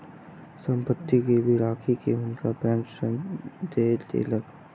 संपत्ति गिरवी राइख के हुनका बैंक ऋण दय देलक